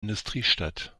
industriestadt